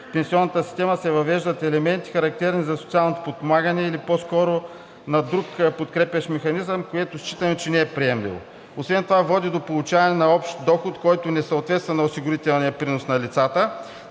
в пенсионната система се въвеждат елементи, характерни за социалното подпомагане или по-скоро на друг подкрепящ механизъм, което считаме, че не е приемливо. Освен това води до получаване на общ доход, който не съответства на осигурителния принос на лицата.